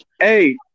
hey